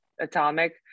Atomic